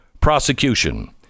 prosecution